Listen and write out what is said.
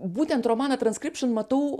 būtent romaną transkripšin matau